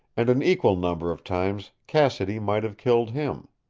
and an equal number of times cassidy might have killed him.